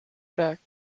back